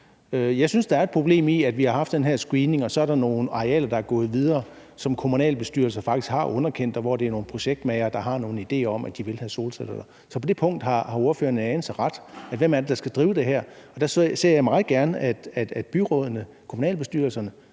Jeg synes, at der er et problem i, at vi har haft den her screening, og så er der nogle arealer, der er gået videre, som kommunalbestyrelser faktisk har underkendt, og hvor det er nogle projektmagere, der har nogle idéer om, de vil have solceller der. Så på det punkt har ordføreren en anelse ret, altså med hensyn til hvem det er, der skal drive det her. Der ser jeg meget gerne, at byrådene, kommunalbestyrelserne,